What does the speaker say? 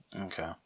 Okay